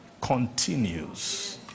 continues